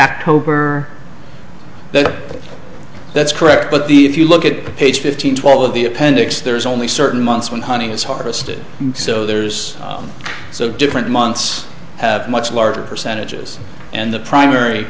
october the that's correct but the if you look at page fifteen twelve of the appendix there's only certain months when hunting is harvested so there's so different months have much larger percentages and the primary